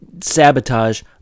sabotage